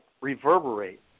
reverberate